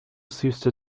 sister